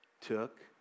Took